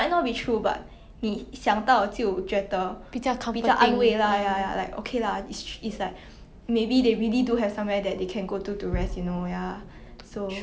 mm